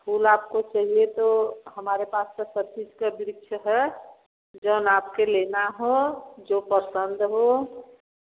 फूल आपको चाहिए तो हमारे पास तो सब चीज़ के वृक्ष है जो आपके लेना हो जो पसंद हो